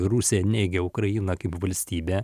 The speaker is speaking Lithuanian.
rusija neigia ukrainą kaip valstybę